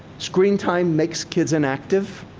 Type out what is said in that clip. screen time makes kids inactive.